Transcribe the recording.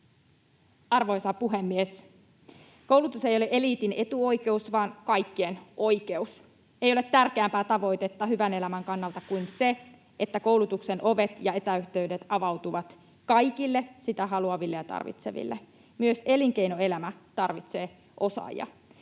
Arvoisa puhemies! Koulutus ei ole eliitin etuoikeus vaan kaikkien oikeus. Ei ole tärkeämpää tavoitetta hyvän elämän kannalta kuin se, että koulutuksen ovet ja etäyhteydet avautuvat kaikille sitä haluaville ja tarvitseville. Myös elinkeinoelämä tarvitsee osaajia.